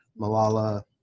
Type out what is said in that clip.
malala